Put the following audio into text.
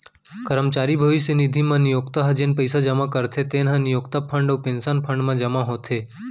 करमचारी भविस्य निधि म नियोक्ता ह जेन पइसा जमा करथे तेन ह नियोक्ता फंड अउ पेंसन फंड म जमा होथे